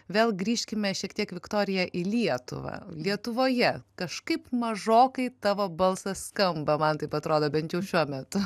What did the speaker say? vėl grįžkime šiek tiek viktorija į lietuvą lietuvoje kažkaip mažokai tavo balsas skamba man taip atrodo bent jau šiuo metu